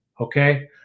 okay